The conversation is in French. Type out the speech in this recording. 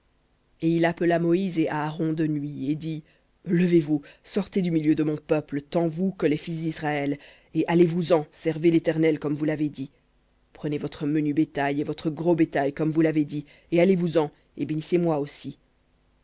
et il appela moïse et aaron de nuit et dit levez-vous sortez du milieu de mon peuple tant vous que les fils d'israël et allez-vous-en servez l'éternel comme vous l'avez dit prenez votre menu bétail et votre gros bétail comme vous l'avez dit et allez-vous-en et bénissez-moi aussi